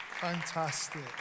Fantastic